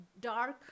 dark